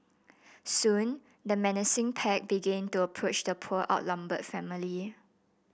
soon the menacing pack began to approach the poor outnumbered family